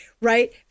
right